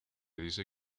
dice